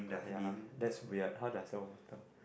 ya that's weird how does the water